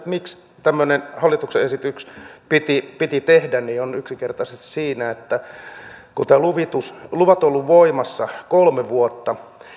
miksi tämmöinen hallituksen esitys oikeastaan piti tehdä on yksinkertaisesti se että kun luvat ovat olleet voimassa kolme vuotta